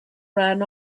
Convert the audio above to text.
ran